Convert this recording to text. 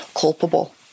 culpable